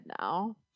now